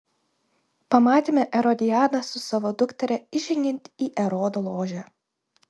pamatėme erodiadą su savo dukteria įžengiant į erodo ložę